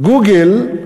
"גוגל"